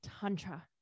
Tantra